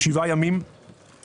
שבעה ימים בשבוע.